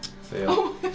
Fail